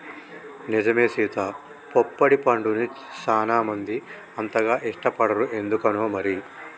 నిజమే సీత పొప్పడి పండుని సానా మంది అంతగా ఇష్టపడరు ఎందుకనో మరి